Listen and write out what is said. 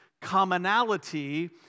commonality